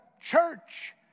church